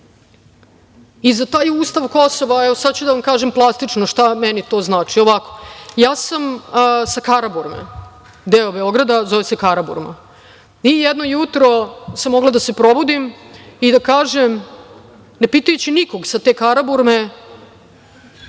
taj ustav Kosova, sada ću da vam kažem plastično šta meni znači. Ja sam sa Karaburme, deo Beograda koji se zove Karaburma, i jedno jutro sam mogla da se probudim i da kažem, ne pitajući nikoga sa te Karaburme